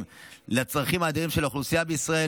לצרכים האדירים של האוכלוסייה בישראל,